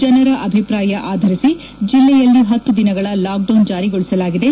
ಜನರ ಅಭಿಪ್ರಾಯ ಆಧರಿಸಿ ಜಿಲ್ಲೆಯಲ್ಲಿ ಹತ್ತು ದಿನಗಳ ಲಾಕ್ ಡೌನ್ ಜಾರಿಗೊಳಿಸಲಾಗಿದೆ